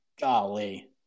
Golly